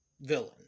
villain